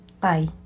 Bye